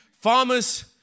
Farmers